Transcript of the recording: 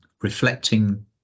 reflecting